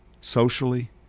socially